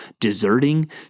deserting